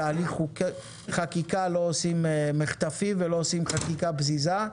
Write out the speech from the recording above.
בתהליך חקיקה לא עושים מחטפים ולא עושים חקיקה פזיזה.